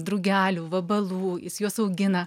drugelių vabalų jis juos augina